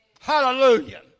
Hallelujah